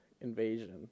Invasion